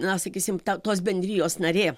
na sakysim ta tos bendrijos narė